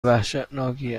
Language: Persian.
وحشتناکی